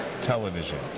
television